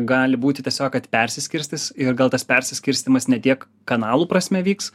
gali būti tiesiog kad persiskirstys ir gal tas persiskirstymas ne tiek kanalų prasme vyks